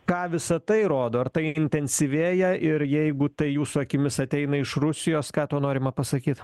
ką visa tai rodo ar tai intensyvėja ir jeigu tai jūsų akimis ateina iš rusijos ką tuo norima pasakyt